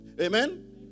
Amen